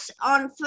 on